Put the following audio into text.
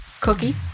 Cookie